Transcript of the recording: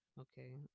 Okay